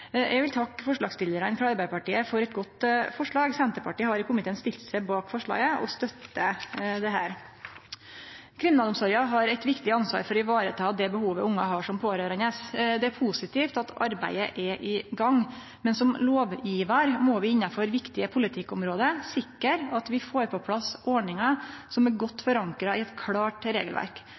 Eg vil takke forslagsstillarane frå Arbeidarpartiet for eit godt forslag. Senterpartiet har i komiteen stilt seg bak forslaget, og støttar dette. Kriminalomsorga har eit viktig ansvar for å vareta det behovet ungar har som pårørande. Det er positivt at arbeidet er i gang. Men som lovgjevarar innanfor viktige politikkområde må vi sikre at vi får på plass ordningar som er godt forankra i eit klart regelverk.